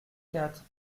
quatre